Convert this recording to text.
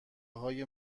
های